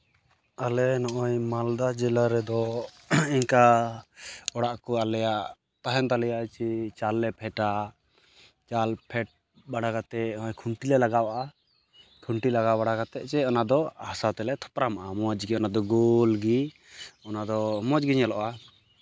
ᱟᱞᱮ ᱱᱚᱜᱼᱚᱭ ᱢᱟᱞᱫᱟ ᱡᱮᱞᱟ ᱨᱮᱫᱚ ᱤᱱᱠᱟ ᱚᱲᱟᱜ ᱠᱚ ᱟᱞᱮᱭᱟᱜ ᱛᱟᱦᱮᱱ ᱛᱟᱞᱮᱭᱟ ᱡᱮ ᱪᱟᱞ ᱞᱮ ᱯᱷᱮᱰᱼᱟ ᱪᱟᱞ ᱯᱷᱮᱰ ᱵᱟᱲᱟ ᱠᱟᱛᱮᱫ ᱦᱚᱸᱜᱼᱚᱭ ᱠᱷᱩᱱᱴᱤ ᱞᱮ ᱞᱟᱜᱟᱣ ᱟᱜᱼᱟ ᱠᱷᱩᱱᱴᱤ ᱞᱟᱜᱟᱣ ᱵᱟᱲᱟ ᱠᱟᱛᱮᱫ ᱡᱮ ᱚᱱᱟᱫᱚ ᱥᱟᱶᱛᱮ ᱞᱮ ᱛᱷᱚᱯᱨᱟᱢ ᱟᱜᱼᱟ ᱢᱚᱡᱽ ᱜᱮ ᱚᱱᱟᱫᱚ ᱜᱳᱞ ᱜᱮ ᱚᱱᱟᱫᱚ ᱢᱚᱡᱽ ᱜᱮ ᱧᱮᱞᱚᱜᱼᱟ